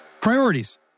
Priorities